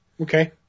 Okay